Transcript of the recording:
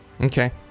Okay